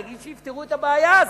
תגיד שיפתרו את הבעיה הזאת.